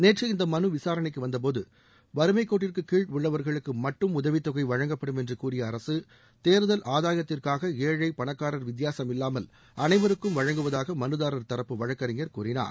நேற்று இந்த மனு விசாரணைக்கு வந்தபோது வறுமைக் கோட்டிற்குகீழ் உள்ளவர்களுக்கு மட்டும் உதவித்தொகை வழங்கப்படும் என்று கூறிய அரக தேர்தல் ஆதாயத்திற்காக ஏழை பணக்காரர் வித்தியாசமில்லாமல் அனைவருக்கும் வழங்குவதாக மனுதாரர் தரப்பு வழக்கறிஞர் கூறினார்